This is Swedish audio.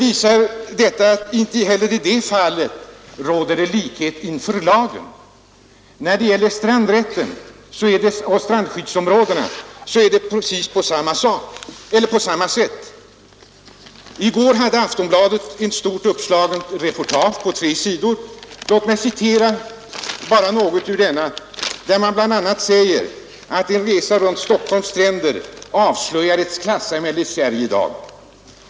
Inte heller i detta fall råder likhet inför lagen. När det gäller strandskyddsområdena är det precis på samma sätt. I går hade Aftonbladet ett stort uppslaget reportage på tre sidor, där man bl.a. säger att en resa runt Stockholms stränder avslöjar klassamhället i dagens Sverige.